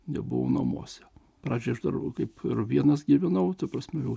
nebuvau namuose pradžiai aš dar kaip vienas gyvenau ta prasme jau